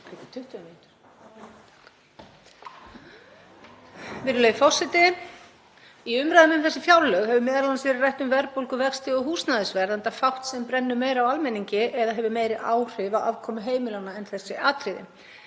Virðulegi forseti. Í umræðum um þessi fjárlög hefur m.a. verið rætt um verðbólgu, vexti og húsnæðisverð, enda fátt sem brennur meira á almenningi eða hefur meiri áhrif á afkomu heimilanna en þessi atriði.